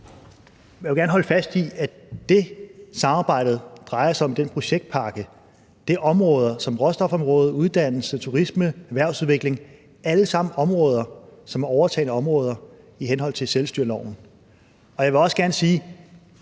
Jeg vil gerne holde fast i, at det, samarbejdet drejer sig om, den projektpakke, er områder som råstofområdet, uddannelse, turisme, erhvervsudvikling – alle sammen områder, som er overtagne områder i henhold til selvstyreloven. Og jeg vil også gerne sige: